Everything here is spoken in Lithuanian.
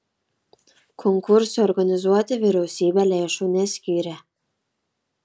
konkursui organizuoti vyriausybė lėšų neskyrė